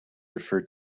referred